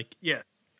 Yes